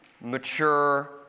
mature